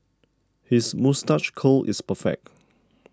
his moustache curl is perfect